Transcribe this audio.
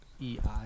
E-I